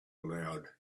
aloud